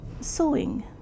sewing